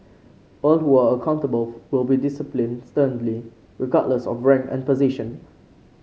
all who are accountable will be disciplined sternly regardless of rank and position